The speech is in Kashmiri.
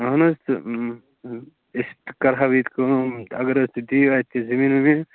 اَہن حَظ تہٕ أسۍ تہِ کَرہاو ییٚتہِ کٲم اگر حَظ تُہۍ دِیو اَتہِ زمیٖن ومیٖن